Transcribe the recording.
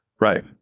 Right